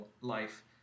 life